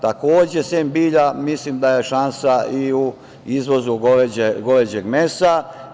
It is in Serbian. Takođe, sem bilja, mislim da je šansa i u izvozu goveđeg mesa.